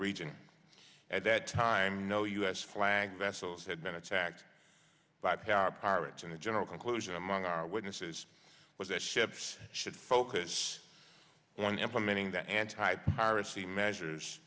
region at that time no u s flag vessels had been attacked by pirates in the general conclusion among our witnesses was that ships should focus on implementing the anti piracy measures